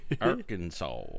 Arkansas